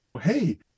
hey